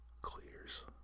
clears